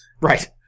Right